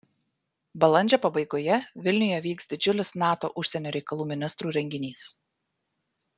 balandžio pabaigoje vilniuje vyks didžiulis nato užsienio reikalų ministrų renginys